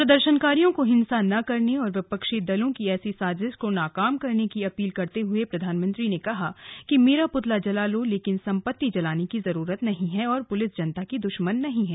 प्रदर्शनकारियों को हिंसा न करने और विपक्षी दलों की ऐसी साजिश को नाकाम करने की अपील करते हुए प्रधानमंत्री ने कहा कि मेरा पुतला जला लो लेकिन संपत्ति जलाने की जरूरत नहीं है और पुलिस जनता की दुश्मन नहीं है